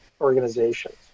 organizations